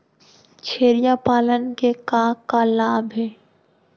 छेरिया पालन के का का लाभ हे?